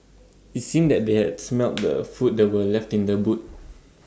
IT seemed that they had smelt the food that were left in the boot